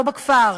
לא בכפר,